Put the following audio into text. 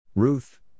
Ruth